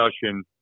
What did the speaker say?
discussion